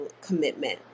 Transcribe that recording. commitment